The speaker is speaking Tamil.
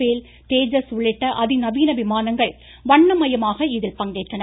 பேல் தேஜஸ் உள்ளிட்ட அதிநவீன விமானங்கள் வண்ணமயமாக இதில் பங்கேற்றன